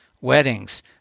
weddings